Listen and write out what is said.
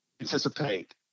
anticipate